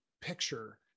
picture